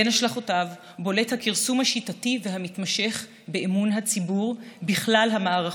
בין השלכותיו בולט הכרסום השיטתי והמתמשך באמון הציבור בכלל המערכות.